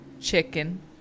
Chicken